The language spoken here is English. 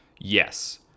Yes